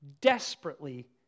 desperately